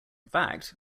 fact